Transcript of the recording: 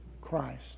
Christ